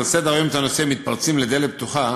סדר-היום את הנושא מתפרצים לדלת פתוחה,